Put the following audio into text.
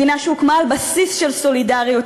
מדינה שהוקמה על בסיס של סולידריות,